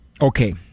okay